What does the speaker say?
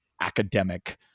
academic